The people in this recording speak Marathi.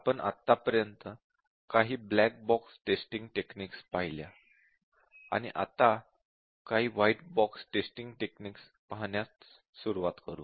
आपण आतापर्यंत काही ब्लॅक बॉक्स टेस्टिंग टेक्निक्स पाहिल्या आहेत आणि आता काही व्हाईट बॉक्स टेस्टिंग टेक्निक्स पाहण्यास सुरुवात करू